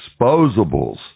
Disposables